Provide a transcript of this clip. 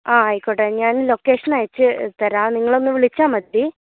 ആ ആയിക്കോട്ടെ ഞാൻ ലൊക്കേഷൻ അയച്ചുതരാം നിങ്ങളൊന്ന് വിളിച്ചാൽ മതി